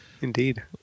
Indeed